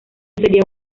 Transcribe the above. sería